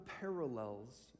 parallels